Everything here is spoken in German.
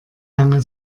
lange